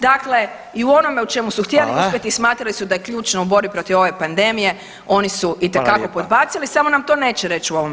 Dakle, i u onome u čemu su htjeli uspjeti [[Upadica: Hvala.]] smatrali su da je ključno u borbi protiv ove pandemije, oni su itekako [[Upadica: Hvala lijepa.]] podbacili, samo nam to neće reći u ovom